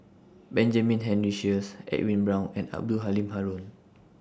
Benjamin Henry Sheares Edwin Brown and Abdul Halim Haron